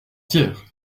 tiers